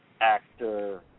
actor